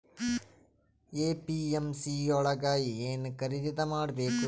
APMC ಯೊಳಗ ಏನ್ ಖರೀದಿದ ಮಾಡ್ಬೇಕು?